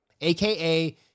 AKA